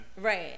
Right